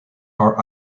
are